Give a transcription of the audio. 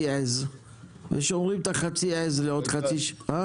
עז ושומרים את חצי העז לעוד חצי שנה.